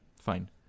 Fine